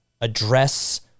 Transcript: address